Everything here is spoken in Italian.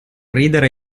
ridere